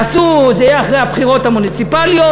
זה יהיה אחרי הבחירות המוניציפליות,